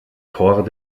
korps